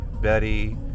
Betty